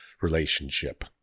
relationship